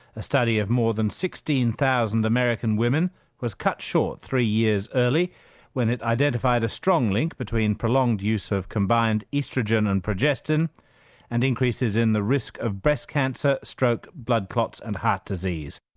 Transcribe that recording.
a study of more than sixteen thousand american women was cut short three years early when it identified a strong link between prolonged use of combined oestrogen and progestin and increases in the risk of breast cancer, stroke, blood clots and heart disease.